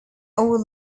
oil